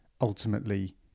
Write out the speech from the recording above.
ultimately